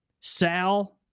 Sal